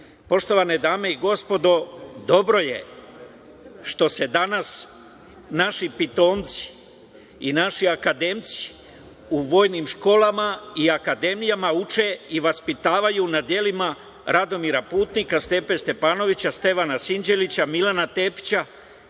citat. Poštovane dame i gospodo, dobro je što se danas naši pitomci i naši akademci u vojnim školama i akademijama uče i vaspitavaju na delima Radomira Putnika, Stepe Stepanovića, Stevana Sinđelića, Milana Tepića,